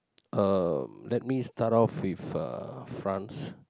uh let me start off with uh France